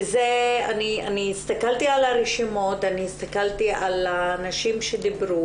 אני הסתכלתי על הרשימות ועל האנשים שדברו